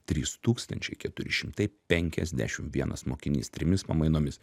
trys tūkstančiai keturi šimtai penkiasdešimt vienas mokinys trimis pamainomis